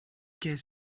qu’est